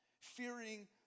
fearing